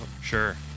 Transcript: Sure